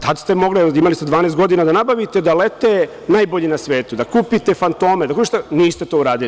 Tad ste mogli, imali ste 12 godina da nabavite da lete najbolji na svetu, da kupite „fantome“… niste to uradili.